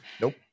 nope